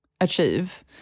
achieve